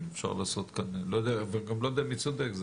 אני גם לא יודע מי צודק.